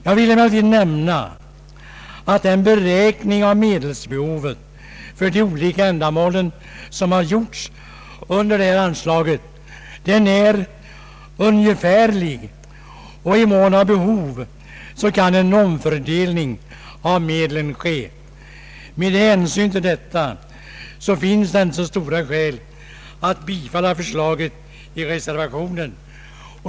Jag vill emellertid nämna att den gjorda beräkningen av medelsbehovet för olika ändamål under detta anslag är ungefärlig. I mån av behov kan en omfördelning av medlen ske. Med hänsyn till detta finns det inte så starka skäl att bifalla förslaget i reservationen.